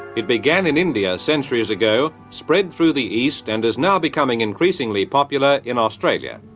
it began in india centuries ago, spread through the east and is now becoming increasingly popular in australia.